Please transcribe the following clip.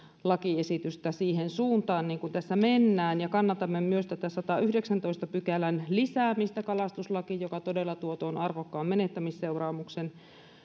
lakiesitystä siihen suuntaan kuin tässä mennään ja kannatamme myös sadannenyhdeksännentoista pykälän lisäämistä kalastuslakiin se todella tuo tuon arvokkaan menettämisseuraamuksen